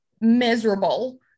miserable